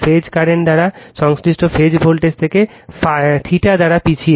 phase current তাদের সংশ্লিষ্ট phase voltage থেকে θ দ্বারা পিছিয়ে